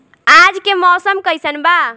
आज के मौसम कइसन बा?